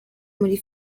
muri